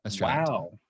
Wow